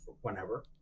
whenever